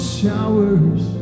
showers